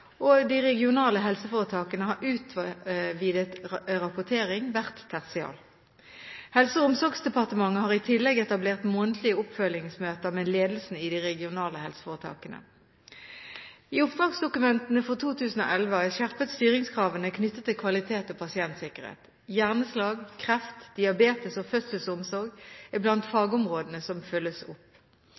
og de regionale helseforetakene har utvidet rapportering hvert tertial. Helse- og omsorgsdepartementet har i tillegg etablert månedlige oppfølgingsmøter med ledelsen i de regionale helseforetakene. I oppdragsdokumentene for 2011 har jeg skjerpet styringskravene knyttet til kvalitet og pasientsikkerhet. Hjerneslag, kreft, diabetes og fødselsomsorg er blant fagområdene som følges opp.